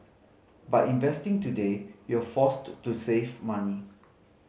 by investing today you're forced to save money